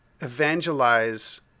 evangelize